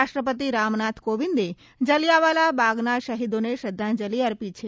રાષ્ટ્રપતિ રામનાથ કોવિંદે જલીયાવાલા બાગના શહીદોને શ્રધ્ધાંજલી અર્પી છે